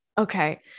Okay